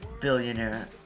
billionaire